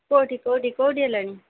କୋଉଠି କୋଉଠି କୋଉଠି ହେଲାଣି